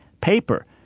paper